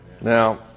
Now